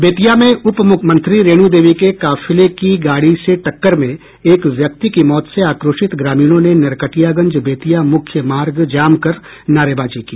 बेतिया में उप मुख्यमंत्री रेणु देवी के काफिले की गाड़ी से टक्कर में एक व्यक्ति की मौत से आक्रोशित ग्रामीणों ने नरकटियागंज बेतिया मुख्य मार्ग जाम कर नारेबाजी की